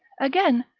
again,